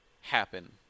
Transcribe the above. happen